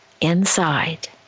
inside